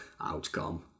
outcome